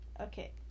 Okay